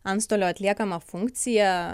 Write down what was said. antstolio atliekama funkcija